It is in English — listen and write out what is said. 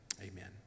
Amen